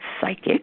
psychic